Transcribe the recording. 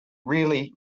really